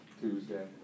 Tuesday